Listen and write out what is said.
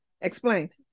Explain